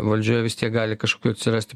valdžioj vis tiek gali kažkokių atsirasti